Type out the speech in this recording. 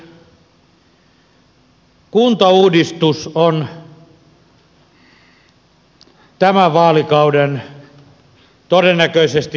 kuntauudistus on tämän vaalikauden todennäköisesti mittavin hanke